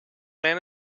man